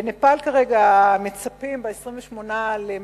בנפאל מצפים כרגע ל-28 במאי,